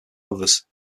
others